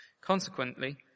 Consequently